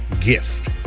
gift